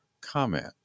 comment